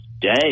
Day